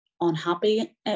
unhappy